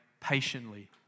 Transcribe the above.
patiently